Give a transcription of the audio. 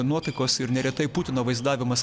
nuotaikos ir neretai putino vaizdavimas